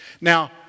Now